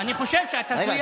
אני חושב שאת הזויה.